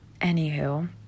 Anywho